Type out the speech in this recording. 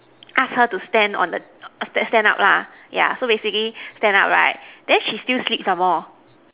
ask her to stand on the stand up lah ya so basically stand up right then she still sleep some more